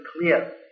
clear